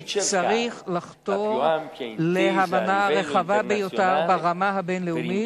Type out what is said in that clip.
צריך לחתור להבנה הרחבה ביותר ברמה הבין-לאומית